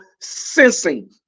sensing